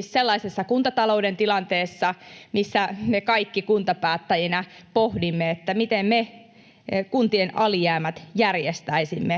sellaisessa kuntatalouden tilanteessa, missä me kaikki kuntapäättäjinä pohdimme, miten me järjestäisimme kuntien alijäämät